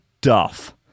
Duff